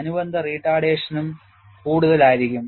അനുബന്ധ റിട്ടാർഡേഷനും കൂടുതലായിരിക്കും